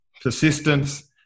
persistence